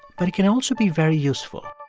but it can also be very useful.